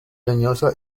leñosa